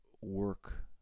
work